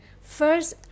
First